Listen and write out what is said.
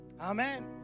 Amen